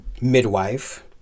midwife